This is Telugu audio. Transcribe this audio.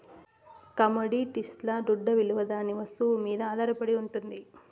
కమొడిటీస్ల దుడ్డవిలువ దాని వస్తువు మీద ఆధారపడి ఉండాలి